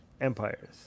empires